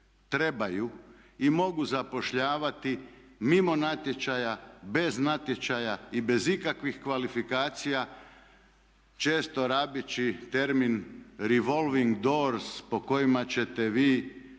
trebaju i mogu zapošljavati mimo natječaja, bez natječaja i bez ikakvih kvalifikacija često rabeći termin revolving doors po kojima ćete vi